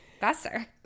Besser